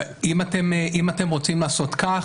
אם אתם רוצים לעשות כך,